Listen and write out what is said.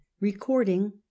Recording